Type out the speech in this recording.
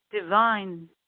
divine